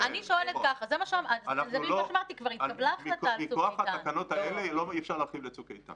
אי אפשר להחיל את התקנות האלו על "צוק איתן".